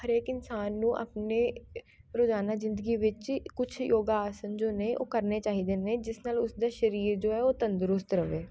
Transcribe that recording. ਹਰੇਕ ਇਨਸਾਨ ਨੂੰ ਆਪਣੇ ਰੋਜ਼ਾਨਾ ਜ਼ਿੰਦਗੀ ਵਿੱਚ ਕੁਛ ਯੋਗਾ ਆਸਣ ਜੋ ਨੇ ਉਹ ਕਰਨੇ ਚਾਹੀਦੇ ਨੇ ਜਿਸ ਨਾਲ ਉਸ ਦਾ ਸਰੀਰ ਜੋ ਹੈ ਉਹ ਤੰਦਰੁਸਤ ਰਵੇ